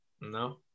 No